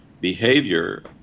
behavior